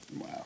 Wow